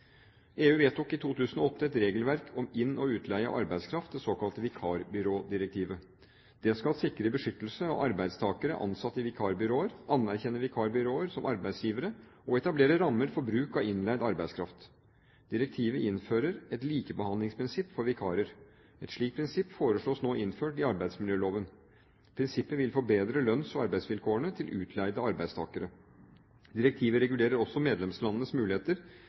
EU vedtok i 2008 et regelverk om inn- og utleie av arbeidskraft, det såkalte vikarbyrådirektivet. Det skal sikre beskyttelse av arbeidstakere ansatt i vikarbyråer, anerkjenne vikarbyråer som arbeidsgivere og etablere rammer for bruk av innleid arbeidskraft. Direktivet innfører et likebehandlingsprinsipp for vikarer. Et slikt prinsipp foreslås nå innført i arbeidsmiljøloven. Prinsippet vil forbedre lønns- og arbeidsvilkårene til utleide arbeidstakere. Direktivet regulerer også medlemslandenes muligheter